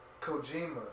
Kojima